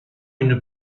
une